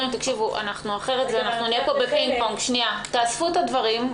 אחרת נהיה פה בפינג-פונג: תאספו את הדברים,